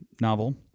novel